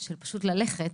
של פשוט ללכת